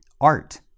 Art